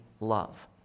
love